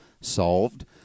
solved